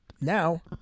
now